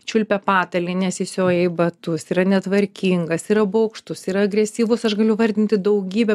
čiulpia patalynę sisioja į batus yra netvarkingas yra baugštus yra agresyvus aš galiu vardinti daugybę